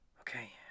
Okay